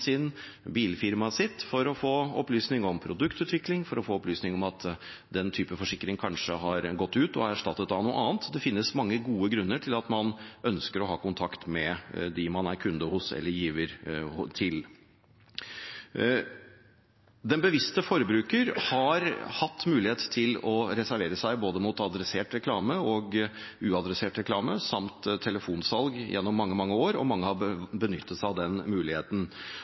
sin og bilfirmaet sitt, for å få opplysninger om produktutvikling, eller om at en type forsikring kanskje har gått ut og er erstattet av noe annet. Det finnes mange gode grunner til at man ønsker å ha kontakt med dem man er kunde hos eller giver til. Den bevisste forbruker har hatt mulighet til å reservere seg mot både adressert reklame og uadressert reklame samt telefonsalg gjennom mange år, og mange har benyttet seg av den muligheten.